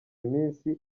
iminsi